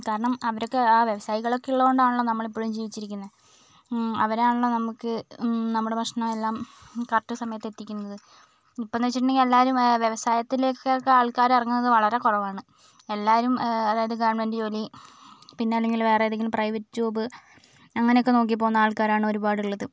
കാരണം അവരൊക്കെ ആ വ്യവസായികളൊക്കെ ഉള്ളോണ്ടാണല്ലോ നമ്മളിപ്പോഴും ജീവിച്ചിരിക്കുന്നത് അവരാണല്ലോ നമുക്ക് നമ്മുടെ ഭക്ഷണം എല്ലാം കറക്റ്റ് സമയത്ത് എത്തിക്കുന്നത് ഇപ്പോഴെന്ന് വെച്ചിട്ടുണ്ടെങ്കിൽ എല്ലാവരും വ്യവസായത്തിലേക്ക് ഒക്കെ ആൾക്കാർ ഇറങ്ങുന്നത് വളരെ കുറവാണ് എല്ലാവരും അതായത് ഗവൺമെൻറ് ജോലി പിന്നെ അല്ലെങ്കിൽ വേറെ ഏതെങ്കിലും പ്രൈവറ്റ് ജോബ് അങ്ങനെയൊക്കെ നോക്കിപോകുന്ന ആൾക്കാരാണ് ഒരുപാട് ഉള്ളത്